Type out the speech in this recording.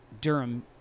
Durham